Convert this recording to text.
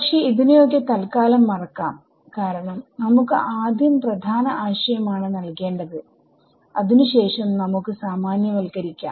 പക്ഷെ ഇതിനെയൊക്കെ തല്ക്കാലം മറക്കാം കാരണം നമുക്ക് ആദ്യം പ്രധാന ആശയം ആണ് നൽകേണ്ടത് അതിന് ശേഷം നമുക്ക് സാമാന്യവൽക്കരിക്കാം